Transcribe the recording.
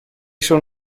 schon